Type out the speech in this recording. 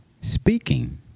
Speaking